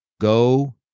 Go